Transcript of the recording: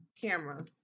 camera